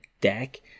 deck